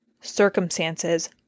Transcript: circumstances